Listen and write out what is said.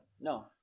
No